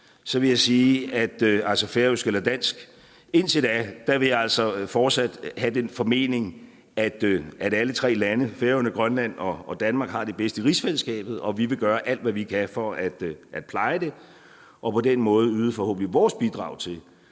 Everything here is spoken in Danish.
at vælge pas, altså færøsk eller dansk, vil jeg fortsat have den formening, at alle tre lande – Færøerne, Grønland og Danmark – har det bedst i rigsfællesskabet. Og vi vil gøre alt, hvad vi kan, for at pleje det og på den måde forhåbentlig yde vores bidrag til, at